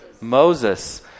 Moses